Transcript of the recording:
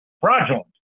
fraudulent